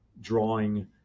drawing